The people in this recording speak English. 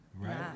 right